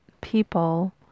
people